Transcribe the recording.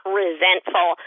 resentful